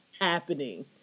happening